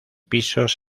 pisos